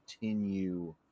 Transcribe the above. continue